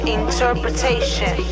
interpretation